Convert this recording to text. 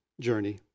journey